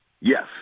Yes